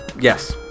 Yes